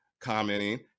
commenting